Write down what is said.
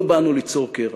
לא באנו ליצור קרע,